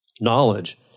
knowledge